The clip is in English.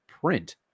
print